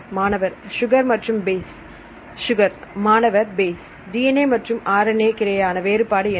மாணவர் சுகர் மற்றும் base sugar மாணவர் பேஸ் DNA மற்றும் RNA இடையேயான வேறுபாடு என்ன